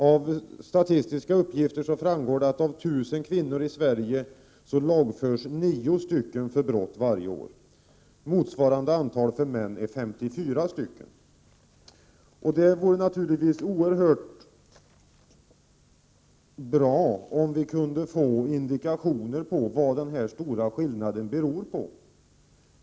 Av statistiska uppgifter framgår att av 1 000 kvinnor i Sverige lagförs 9 för brott varje år. Motsvarande antal för män är 54. Det vore naturligtvis oerhört bra om vi kunde få indikationer på vad denna stora skillnad beror på.